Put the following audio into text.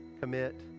commit